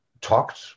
talked